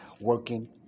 working